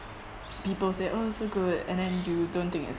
people say oh it's so good and then you don't think it's